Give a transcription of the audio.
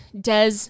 Des